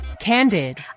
candid